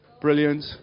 Brilliant